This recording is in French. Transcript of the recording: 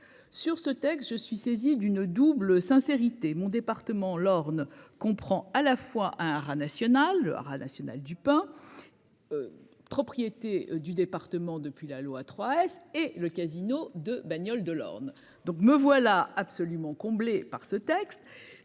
Sur ce texte. Je suis saisi d'une double sincérité. Dès mon département l'Orne comprend à la fois un haras national le haras national du pain. Propriété du département depuis la loi trois S et le casino de Bagnoles de l'Orne donc me voilà absolument comblée par ce texte